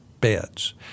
beds